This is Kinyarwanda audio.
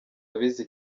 abizi